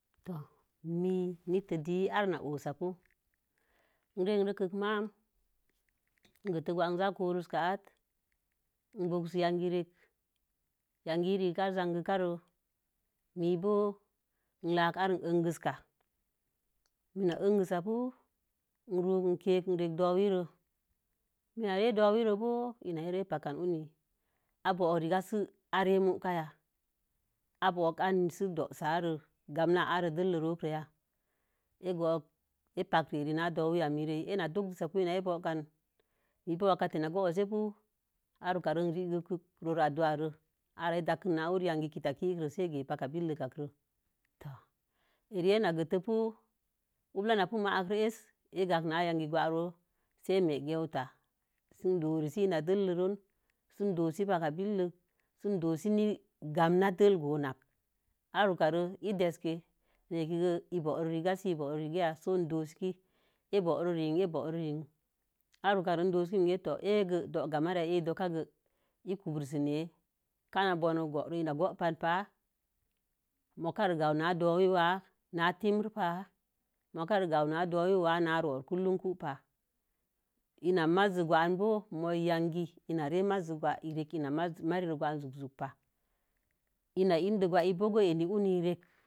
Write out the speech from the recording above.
To'o mii nii tə dii are noseke t re in kwing ma'am sii ni gata gwa'a. i zai koreria ka a'te l bosun ya kə rekə-yangi hi regə a'ar zankikaro mii bo̱o̱ i lake are in yenki kae mii na yenkik pu in kek dowiiro. mi na re dowiiro l na âre a pakan hulil. A bo̱kə rəya si ā re mukaya. A bo̱o̱ai nə sə do̱wusa re ganna a re dəllə ro yayai a gorika. i paka rēē re na dowii ya mii ē yenana kin sa pu ina ā kinka nin. mi bo̱o̱ wakətə na busəpu bu are wuka rə in rerkə rowon aduwa rēē. A ra'a dakin wn wuri yakii sə a kiyen pa ka biikə. Rehi hula na pi maik rə ēsə agankə na yagingi go sə a me'ayanta sə i doresi ina dəllə rone sə i doosə pakə billək. Sə i ɗowusə na gamna dəllə na gowunan. awuruka re idəkə rehikigo in boro rəgo'ya sə in do'oki ēboro re-ēboro re. arwuka re in doowuki. henge doga marihya ai ge i kurusə. kama buro in gopanpa'a nok kawena gawu na dowii wa'a na timir pa nok ka'a n rohur kumrum pon ina maiz gwaaag bo̱o̱ mo̱o̱ii yagigə ina re maiz gwaag ii rə rekə marrii gwaag sun pa. Ina in dei bo̱o̱ go̱o̱ nēē wuni sə rekə.